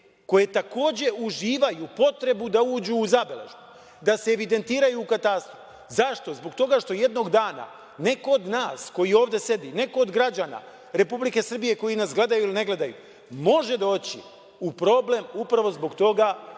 koje takođe uživaju potrebu da uđu u zabeležbu, da se evidentiraju u katastru. Zašto? Zbog toga što jednog dana neko od nas koji ovde sedi, neko od građana Republike Srbije koji nas gledaju ili ne gledaju, može doći u problem upravo zbog toga